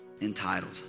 entitled